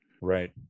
Right